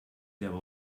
there